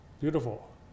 Beautiful